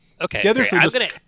Okay